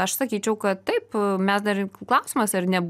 aš sakyčiau kad taip mes dar klausimas ar ne